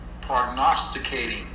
prognosticating